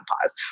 pause